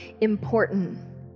important